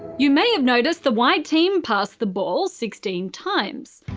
you may have noticed the white team passed the ball sixteen times.